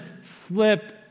slip